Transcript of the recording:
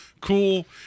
cool